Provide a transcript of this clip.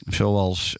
zoals